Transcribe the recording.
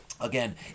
Again